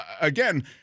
again